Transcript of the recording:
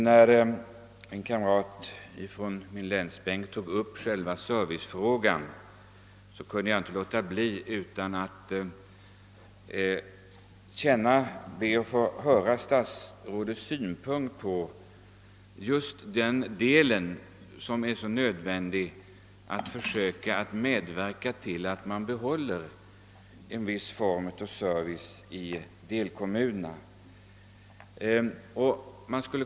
När min kamrat på länsbänken tog upp servicefrågan kunde jag inte underlåta att begära ordet för att efterhöra statsrådets inställning till den viktiga frågan om angelägenheten av att medverka till att behålla en viss form av service i delkommunerna.